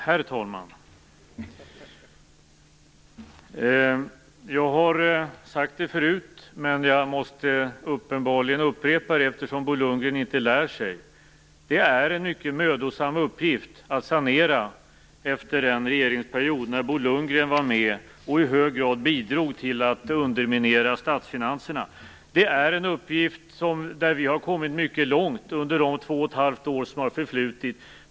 Herr talman! Jag har sagt det förut, men jag måste uppenbarligen upprepa det, eftersom Bo Lundgren inte lär sig. Det är en mycket mödosam uppgift att sanera efter den regeringsperiod då Bo Lundgren var med och i hög grad bidrog till att underminera statsfinanserna. Det är en uppgift som vi har kommit mycket långt med under de 21⁄2 år som har förflutit.